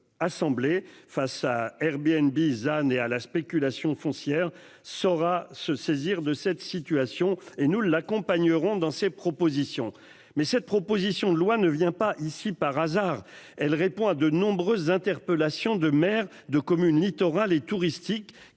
et notre assemblée face à Air bien une bise et à la spéculation foncière saura se saisir de cette situation et nous l'accompagnerons dans ses propositions. Mais cette proposition de loi ne vient pas ici par hasard elle répond à de nombreuses interpellations de maires de communes littorales et touristique